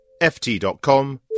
ft.com